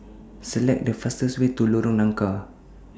Select The fastest Way to Lorong Nangka